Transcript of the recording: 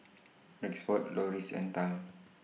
Rexford Loris and Tal